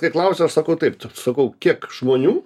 kai klausia aš sakau taip tu sakau kiek žmonių